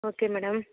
okay madam